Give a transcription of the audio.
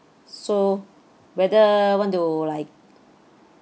so whether want to like